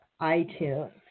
iTunes